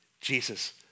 Jesus